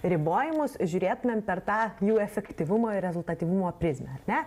ribojimus žiūrėtumėm per tą jų efektyvumo ir rezultatyvumo prizmę ar ne